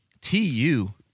T-U